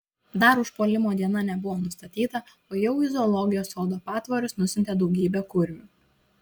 dar užpuolimo diena nebuvo nustatyta o jau į zoologijos sodo patvorius nusiuntė daugybę kurmių